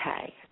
Okay